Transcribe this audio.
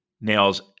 nails